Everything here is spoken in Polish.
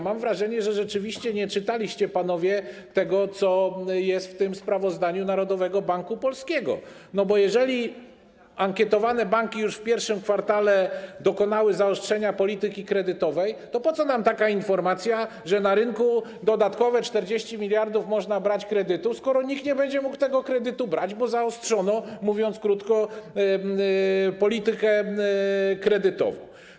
Mam wrażenie, że rzeczywiście nie czytaliście, panowie, tego, co jest w tym sprawozdaniu Narodowego Banku Polskiego, bo jeżeli ankietowane banki już w I kwartale dokonały zaostrzenia polityki kredytowej, to po co nam taka informacja, że na rynku można brać dodatkowe 40 mld kredytów, skoro nikt nie będzie mógł tego kredytu brać, bo zaostrzono, mówiąc krótko, politykę kredytową.